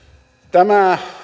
tämä